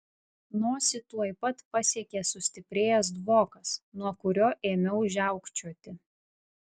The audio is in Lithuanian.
nosį tuoj pat pasiekė sustiprėjęs dvokas nuo kurio ėmiau žiaukčioti